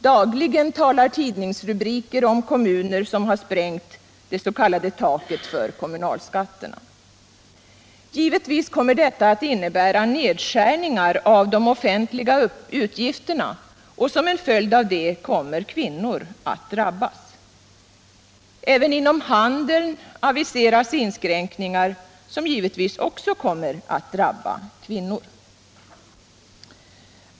Dagligen talar tidningsrubriker om kommuner som sprängt det s.k. taket för kommunalskatterna. Givetvis kommer detta att innebära nedskärningar av de offentliga utgifterna, och som följd av det kommer 35 kvinnorna att drabbas. Även inom handeln aviseras inskränkningar som givetvis också kommer att drabba kvinnor.